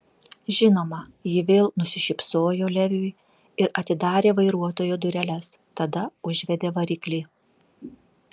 žinoma ji vėl nusišypsojo leviui ir atidarė vairuotojo dureles tada užvedė variklį